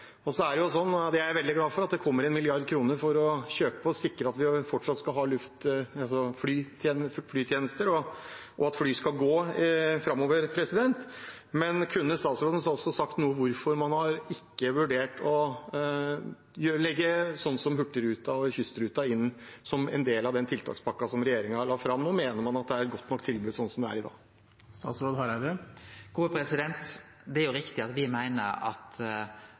Så er det jo sånn, og det er jeg veldig glad for, at det kommer 1 mrd. kr for å sikre at vi fortsatt skal ha flytjenester, og at fly skal gå framover. Men kunne statsråden også sagt noe om hvorfor man ikke har vurdert å legge f.eks. Hurtigruta og kystruta inn som en del av den tiltakspakken som regjeringen la fram? Mener man at det er et godt nok tilbud sånn som det er i dag? Det er riktig at me meiner at det er eit rett nivå i denne veldig spesielle situasjonen. Så håper me at